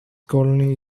colony